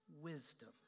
wisdom